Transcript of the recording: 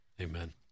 Amen